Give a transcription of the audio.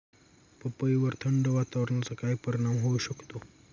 पपईवर थंड वातावरणाचा काय परिणाम होऊ शकतो?